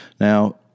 Now